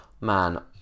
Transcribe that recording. Man